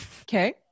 Okay